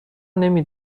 نمی